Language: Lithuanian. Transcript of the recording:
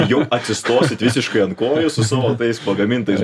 jau atsistosit visiškai ant kojų su savo tais pagamintais